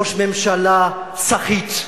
ראש ממשלה סחיט,